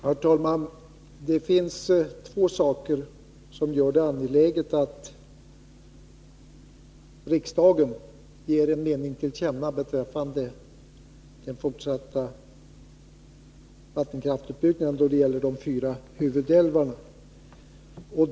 Herr talman! Det finns två saker som gör det angeläget att riksdagen ger en mening till känna beträffande den fortsatta vattenkraftsutbyggnaden då det gäller de fyra huvudälvarna.